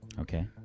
Okay